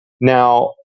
Now